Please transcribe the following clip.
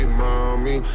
mommy